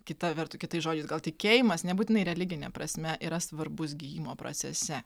kita vertu kitais žodžiais gal tikėjimas nebūtinai religine prasme yra svarbus gijimo procese